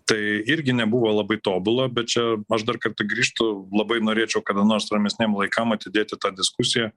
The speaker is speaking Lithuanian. tai irgi nebuvo labai tobula bet čia aš dar kartą grįžtu labai norėčiau kada nors ramesniem laikam atidėti tą diskusiją